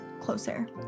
closer